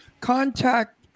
Contact